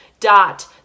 dot